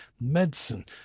medicine